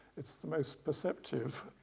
it's the most perceptive.